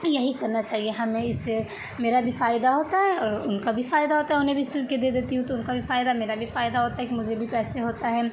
یہی کرنا چاہیے ہمیں اس سے میرا بھی فائدہ ہوتا ہے اور ان کا بھی فائدہ ہوتا ہے انہیں بھی سل کے دے دیتی ہوں تو ان کا بھی فائدہ میرا بھی فائدہ ہوتا ہے کہ مجھے بھی پیسے ہوتا ہے